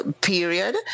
period